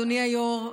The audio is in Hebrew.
אדוני היו"ר,